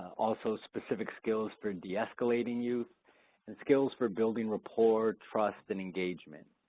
also, specific skills for deescalating youth and skills for building rapport, trust, and engagement.